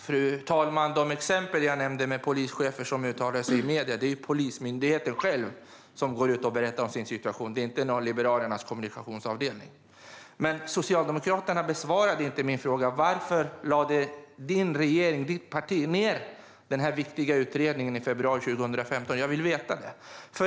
Fru talman! När det gäller de exempel som jag nämnde med polischefer som uttalar sig i medierna är det Polismyndigheten själv som går ut och berättar om sin situation, inte Liberalernas kommunikationsavdelning. Socialdemokraterna besvarade inte min fråga. Varför lade din regering och ditt parti ned denna viktiga utredning i februari 2015, Elin Lundgren? Jag vill veta det.